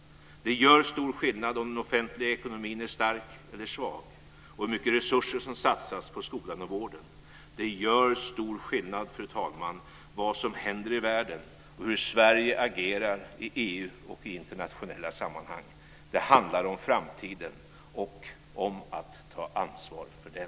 Det gör stor skillnad om den offentliga ekonomin är stark eller svag och hur mycket resurser som satsas på skolan och vården. Det gör stor skillnad, fru talman, vad som händer i världen och hur Sverige agerar i EU och i internationella sammanhang. Det handlar om framtiden och om att ta ansvar för den.